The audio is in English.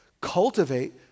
cultivate